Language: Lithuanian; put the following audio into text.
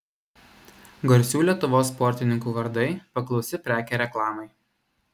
garsių lietuvos sportininkų vardai paklausi prekė reklamai